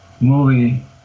movie